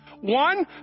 One